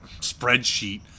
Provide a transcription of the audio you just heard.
spreadsheet